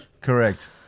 Correct